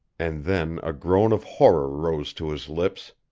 and then a groan of horror rose to his lips.